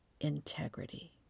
integrity